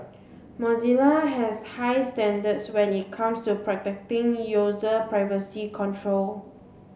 Mozilla has high standards when it comes to protecting user privacy control